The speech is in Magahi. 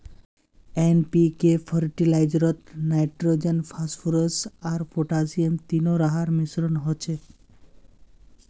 एन.पी.के फ़र्टिलाइज़रोत नाइट्रोजन, फस्फोरुस आर पोटासियम तीनो रहार मिश्रण होचे